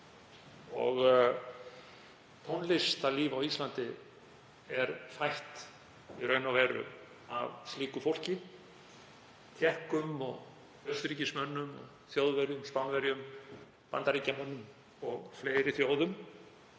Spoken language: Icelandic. Tónlistarlíf á Íslandi er í raun og veru fóstrað af slíku fólki; Tékkum og Austurríkismönnum, Þjóðverjum, Spánverjum, Bandaríkjamönnum og fleiri þjóðum.